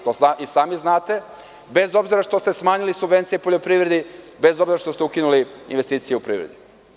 To i sami znate, bez obzira što ste smanjili subvencije poljoprivredi, bez obzira na to što ste ukinuli investicije u privredi.